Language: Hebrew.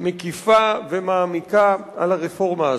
מקיפה ומעמיקה על הרפורמה הזאת.